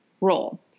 role